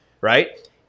right